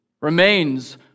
remains